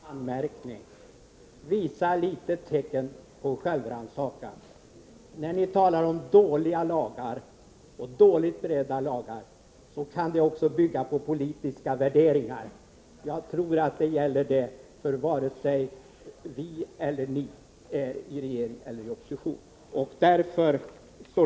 Fru talman! Bara en anmärkning. Visa litet tecken på självrannsakan, Bertil Fiskesjö! När ni talar om dåliga lagar och dåligt beredda lagar kan det också bygga på politiska värderingar. Jag tror detta gäller vare sig vi eller ni är i regering resp. opposition.